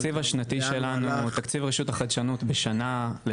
התקציב השנתי שלנו ברשות החדשנות למענקים בשנה,